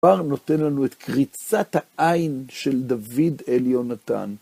כבר נותן לנו את קריצת העין של דוד אל יהונתן.